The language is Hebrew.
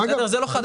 זה לא חדש.